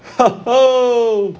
!oho!